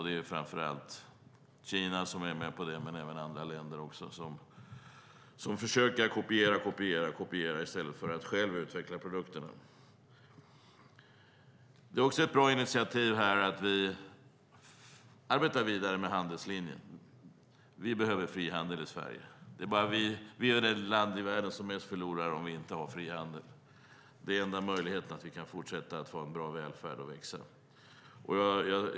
Det är framför allt fråga om Kina, men även andra länder kopierar i stället för att själva utveckla produkterna. Det är också ett bra initiativ att vi arbetar vidare med handelslinjen. Vi behöver frihandel i Sverige. Sverige är det land i världen som förlorar mest om det inte finns frihandel. Det är enda möjligheten för Sverige att fortsätta ha en bra välfärd och växa.